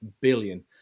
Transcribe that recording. billion